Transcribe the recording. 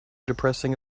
depressing